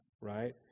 right